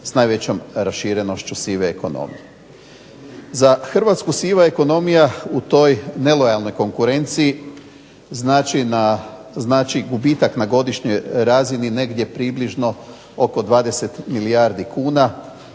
s najvećom raširenošću sive ekonomije. Za Hrvatsku siva ekonomija u toj nelojalnoj konkurenciji znači gubitak na godišnjoj razini negdje približno oko 20 milijardi kuna.